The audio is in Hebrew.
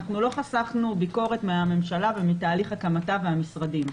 אנחנו לא חסכנו ביקורת מהממשלה ומתהליך הקמתה והמשרדים.